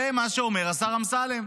זה מה שאומר השר אמסלם,